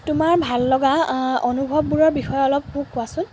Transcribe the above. তোমাৰ ভাল লগা অনুভৱবোৰৰ বিষয়ে অলপ মোক কোৱাচোন